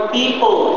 people